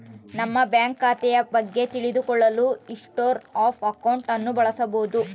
ನಮ್ಮ ಬ್ಯಾಂಕ್ ಖಾತೆಯ ಬಗ್ಗೆ ತಿಳಿದು ಕೊಳ್ಳಲು ಹಿಸ್ಟೊರಿ ಆಫ್ ಅಕೌಂಟ್ ಅನ್ನು ಬಳಸಬೋದು